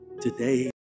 Today